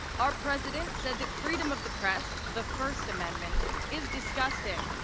our president said that freedom of the press, the first amendment, is disgusting.